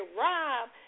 rob